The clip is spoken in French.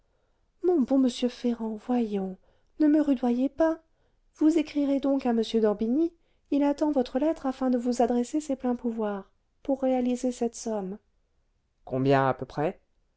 mon bon monsieur ferrand voyons ne me rudoyez pas vous écrirez donc à m d'orbigny il attend votre lettre afin de vous adresser ses pleins pouvoirs pour réaliser cette somme combien à peu près